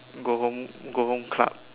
go home go home club